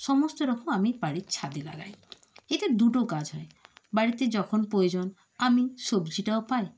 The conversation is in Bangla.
সমস্ত রকম আমি বাড়ির ছাদে লাগাই এতে দুটো কাজ হয় বাড়িতে যখন প্রয়োজন আমি সবজিটাও পাই